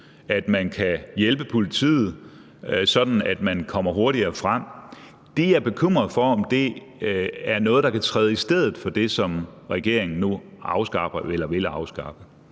og man kan hjælpe politiet, sådan at de kommer hurtigere frem? Det er jeg bekymret for, altså om det er noget, der kan træde i stedet for det, regeringen nu vil afskaffe.